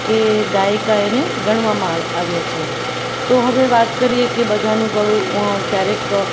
કે ગાયિકા એને ગણવામાં આવ્યા છે તો હવે વાત કરીએ કે ગળુ ઉ આવુ કે ક્યારેક